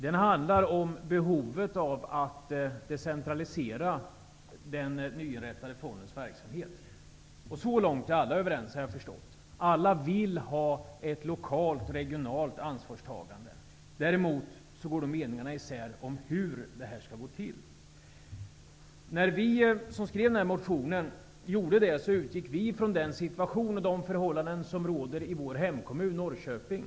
Den handlar om behovet av att decentralisera den nyinrättade fondens verksamhet. Så långt är alla överens, har jag förstått, att alla vill ha ett lokalt, regionalt ansvarstagande. Däremot går meningarna isär om hur detta skall gå till. Vi som skrev motionen utgick ifrån den situation som råder i vår hemkommun Norrköping.